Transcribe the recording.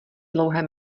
dlouhé